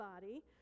body